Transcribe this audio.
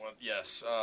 Yes